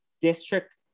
District